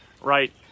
right